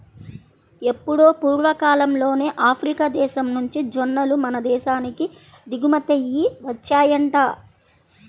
ఎప్పుడో పూర్వకాలంలోనే ఆఫ్రికా దేశం నుంచి జొన్నలు మన దేశానికి దిగుమతయ్యి వచ్చాయంట